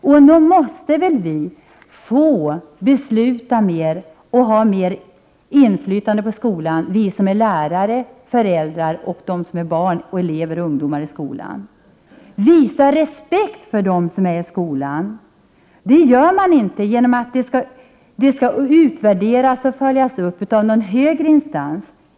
Nog måste väl vi få besluta mer och ha mer inflytande på skolan, vi som är lärare, föräldrar och elever — barn och ungdomar — i skolan. Visa respekt för dem som är i skolan! Det gör man inte genom att verksamheten skall utvärderas och följas upp av någon högre instans.